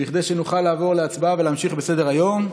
כדי שנוכל לעבור להצבעה ולהמשיך בסדר-היום.